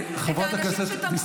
אתה עדיין שקרן.